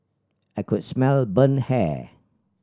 I could smell burnt hair